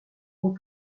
hauts